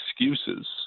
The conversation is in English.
excuses